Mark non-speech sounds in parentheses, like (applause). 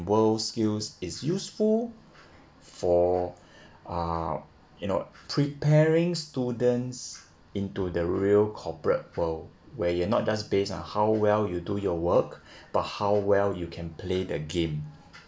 world skills is useful for uh you know preparing students into the real corporate world where you're not just based on how well you do your work (breath) but how well you can play the game